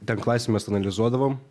ten klasėj mes analizuodavom